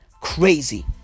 crazy